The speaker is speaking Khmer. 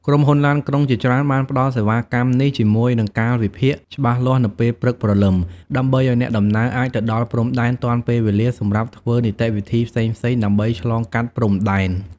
ក្រុមហ៊ុនឡានក្រុងជាច្រើនបានផ្តល់សេវាកម្មនេះជាមួយនឹងកាលវិភាគច្បាស់លាស់នៅពេលព្រឹកព្រលឹម ដើម្បីឱ្យអ្នកដំណើរអាចទៅដល់ព្រំដែនទាន់ពេលវេលាសម្រាប់ធ្វើនីតិវិធីផ្សេងៗដើម្បីឆ្លងកាត់ព្រំដែន។